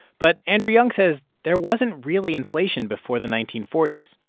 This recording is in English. but andrew young says there wasn't really inflation before the nineteen forty s.